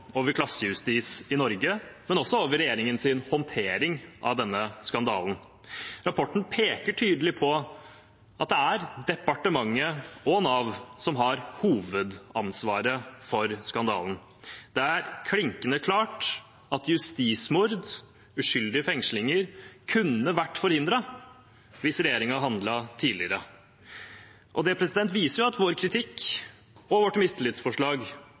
over klassejustis i Norge, men også over regjeringens håndtering av denne skandalen. Rapporten peker tydelig på at det er departementet og Nav som har hovedansvaret for skandalen. Det er klinkende klart at justismord, uskyldige fengslinger, kunne vært forhindret hvis regjeringen hadde handlet tidligere. Og det viser at vår kritikk og vårt mistillitsforslag